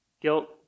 guilt